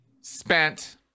spent